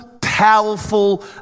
powerful